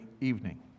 evening